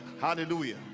hallelujah